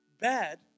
bad